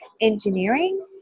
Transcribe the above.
engineering